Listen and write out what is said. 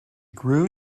grew